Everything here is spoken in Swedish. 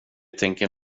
tänker